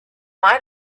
might